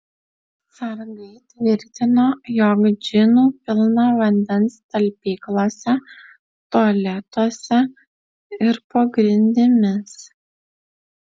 sargai tvirtino jog džinų pilna vandens talpyklose tualetuose ir po grindimis